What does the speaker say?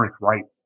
rights